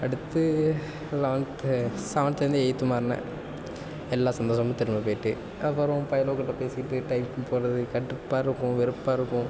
அடுத்து லெவன்த்து சவன்த்துலேந்து எயித்து மாறினேன் எல்லா சந்தோஷமும் திரும்ப போய்ட்டு அப்புறம் பையலுக கிட்ட பேசிக்கிட்டு டைம் போகிறது கடுப்பாக இருக்கும் வெறுப்பாக இருக்கும்